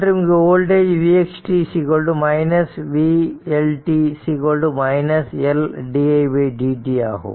மற்றும் இங்கு வோல்டேஜ் ஆனது vxt vLt L di dt ஆகும்